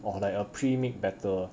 or like a pre-made batter